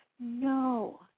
No